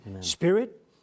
Spirit